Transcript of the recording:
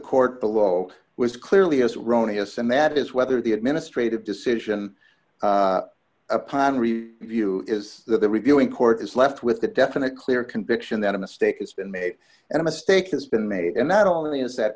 court below was clearly as rony yes and that is whether the administrative decision upon view is that the reviewing court is left with the definite clear conviction that a mistake has been made and a mistake has been made and not only is that